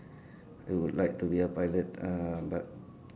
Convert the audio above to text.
I would like to be a pilot uh but